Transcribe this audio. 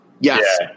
Yes